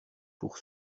pour